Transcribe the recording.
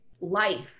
life